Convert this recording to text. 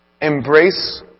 embrace